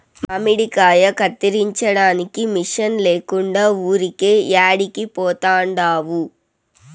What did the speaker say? మామిడికాయ కత్తిరించడానికి మిషన్ లేకుండా ఊరికే యాడికి పోతండావు